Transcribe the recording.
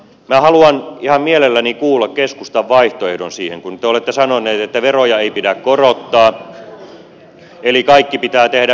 minä haluan ihan mielelläni kuulla keskustan vaihtoehdon siihen kun te olette sanoneet että veroja ei pidä korottaa eli kaikki pitää tehdä menoleikkauksina